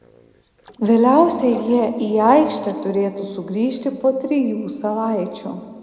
vėliausiai jie į aikštę turėtų sugrįžti po trijų savaičių